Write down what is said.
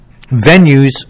venues